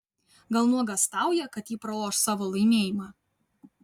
gal nuogąstauja kad ji praloš savo laimėjimą